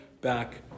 back